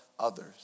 others